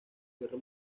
guerra